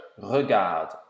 REGARDE